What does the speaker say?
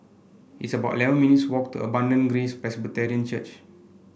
it's about eleven minutes' walk to Abundant Grace Presbyterian Church